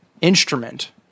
instrument